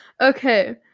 okay